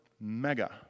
mega